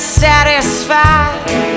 satisfied